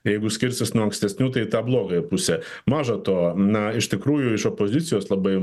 jeigu skirsis nuo ankstesnių tai į tą blogąją pusę maža to na iš tikrųjų iš opozicijos labai